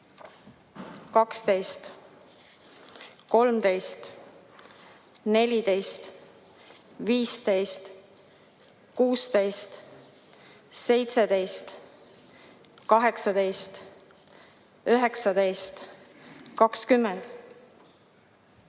12, 13, 14, 15, 16, 17, 18, 19, 20,